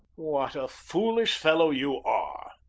what a foolish fellow you are!